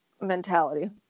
mentality